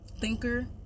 thinker